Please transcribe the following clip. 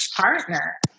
partner